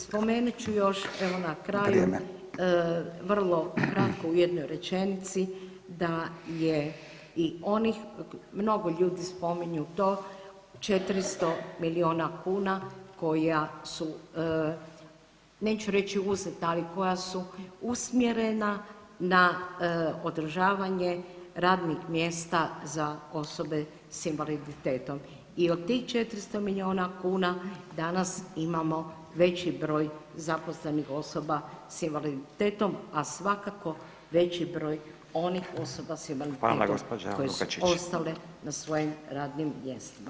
Spomenut ću još evo na kraju [[Upadica Radin: Vrijeme.]] vrlo kratko u jednoj rečenici da je i onih mnogo ljudi spominju to 400 milijuna kuna koja su neću reći uzeta, ali koja su usmjerena na održavanje radnih mjesta za osobe sa invaliditetom i od tih 400 milijuna kuna danas imamo veći broj zaposlenih osoba sa invaliditetom, svakako onih osoba sa invaliditetom koje su ostale na svojim radnim mjestima.